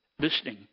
listening